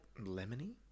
lemony